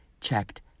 checked